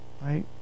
right